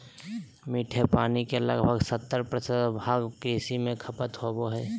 मीठे पानी के लगभग सत्तर प्रतिशत भाग कृषि में खपत होबो हइ